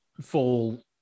full